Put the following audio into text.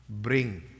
Bring